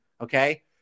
okay